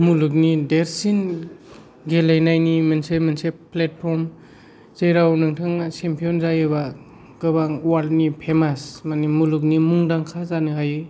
मुलुगनि देरसिन गेलेनायनि मोनसे मोनसे प्लेटफरम जेराव नोंथाङा चेमपियन जायोबा गोबां उवार्ल्दनि फेमास माने मुलुगनि मुंदांखा जानो हायो